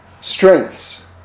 strengths